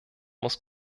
muss